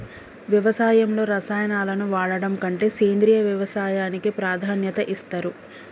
వ్యవసాయంలో రసాయనాలను వాడడం కంటే సేంద్రియ వ్యవసాయానికే ప్రాధాన్యత ఇస్తరు